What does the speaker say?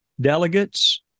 delegates